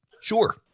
sure